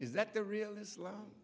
is that the real islam